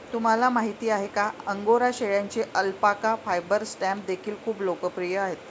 तुम्हाला माहिती आहे का अंगोरा शेळ्यांचे अल्पाका फायबर स्टॅम्प देखील खूप लोकप्रिय आहेत